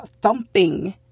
thumping